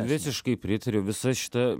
visiškai pritariu visa šita